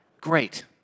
great